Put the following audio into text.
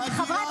חכי,